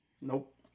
Nope